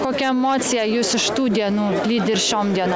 kokia emocija jus iš tų dienų lydi ir šioms dieno